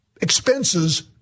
expenses